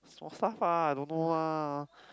small stuff ah I don't know ah